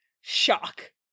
shock